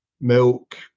milk